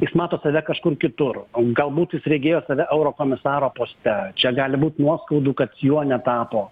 jis mato save kažkur kitur o galbūt jis regėjo save eurokomisaro poste čia gali būt nuoskaudų kad juo netapo